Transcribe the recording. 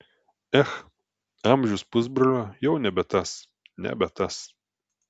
ech amžius pusbrolio jau nebe tas nebe tas